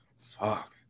Fuck